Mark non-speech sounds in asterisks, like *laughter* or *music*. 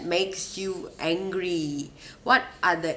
makes you angry *breath* what are the